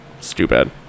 stupid